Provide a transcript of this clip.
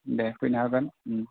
दे फैनो हागोन उम